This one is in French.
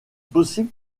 possible